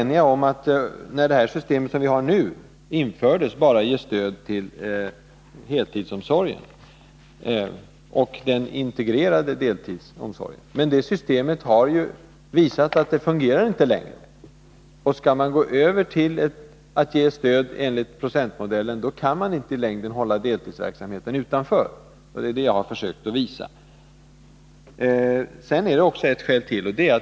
När det system som vi har nu infördes var vi eniga om att ge stöd bara till heltidsomsorgen och den integrerade deltidsomsorgen, men det har ju visat sig att det systemet inte fungerar längre. Skall man gå över till att ge stöd enligt procentmodellen, kan man inte i längden hålla deltidsverksamheten utanför. Det är det jag har försökt att visa. Men det finns ett skäl till.